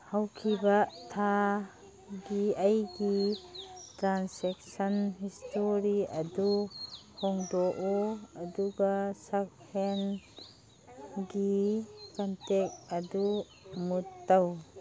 ꯍꯧꯈꯤꯕ ꯊꯥꯒꯤ ꯑꯩꯒꯤ ꯇ꯭ꯔꯥꯟꯁꯦꯛꯁꯟ ꯍꯤꯁꯇꯣꯔꯤ ꯑꯗꯨ ꯍꯣꯡꯗꯣꯛꯎ ꯑꯗꯨꯒ ꯁꯛꯍꯦꯟꯒꯤ ꯀꯟꯇꯦꯛ ꯑꯗꯨ ꯃꯨꯠ ꯇꯧ